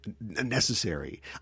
necessary